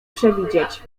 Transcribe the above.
przewidzieć